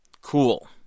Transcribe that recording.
Cool